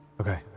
Okay